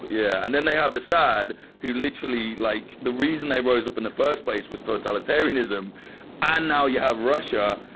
yeah. and then they have assad who literally. like the reason they rose up in the first place was totalitarianism and now you have russia,